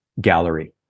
gallery